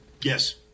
Yes